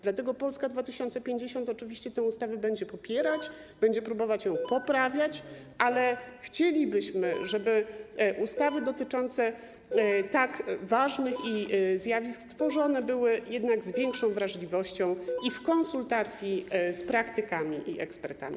Dlatego Polska 2050 oczywiście tę ustawę będzie popierać, będzie próbować ją poprawiać, ale chcielibyśmy, żeby ustawy dotyczące tak ważnych zjawisk były tworzone jednak z większą wrażliwością i w konsultacji z praktykami i ekspertami.